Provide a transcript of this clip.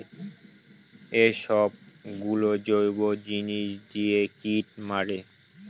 এইসব গুলো জৈব জিনিস দিয়ে কীট মারে